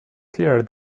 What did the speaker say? clearer